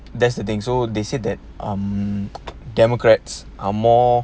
that's the thing so they said that um democrats are more